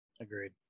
Agreed